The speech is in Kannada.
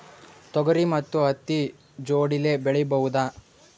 ತೊಗರಿ ಮತ್ತು ಹತ್ತಿ ಜೋಡಿಲೇ ಬೆಳೆಯಬಹುದಾ?